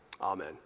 Amen